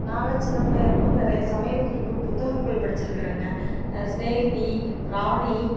நான்லாம் சின்ன பிள்ளையா இருக்கும்போது நிறைய சமையல் குறிப்பு புத்தகங்கள் படித்திருக்குறேங்க ஸ்நேகிதி